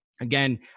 Again